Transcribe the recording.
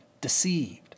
deceived